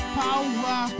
power